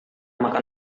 makan